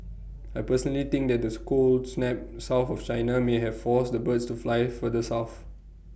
I personally think that the cold snap south of China may have forced the birds to flier further south